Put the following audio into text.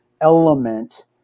element